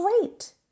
great